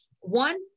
one